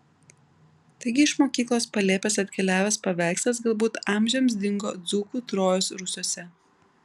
taigi iš mokyklos palėpės atkeliavęs paveikslas galbūt amžiams dingo dzūkų trojos rūsiuose